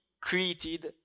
created